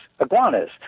iguanas